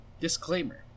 Disclaimer